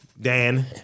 Dan